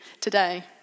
today